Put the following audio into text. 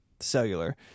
Cellular